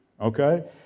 okay